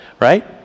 right